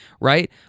right